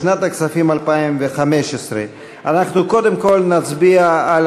לשנת הכספים 2015. אנחנו קודם כול נצביע על